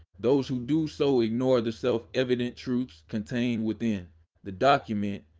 those who do so ignore the self-evident truths contained within the document.